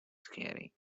scary